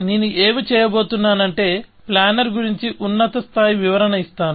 నేను ఏమి చేయబోతున్నా నంటే ప్లానర్ గురించి ఉన్నత స్థాయి వివరణ ఇస్తాను